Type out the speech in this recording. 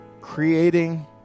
creating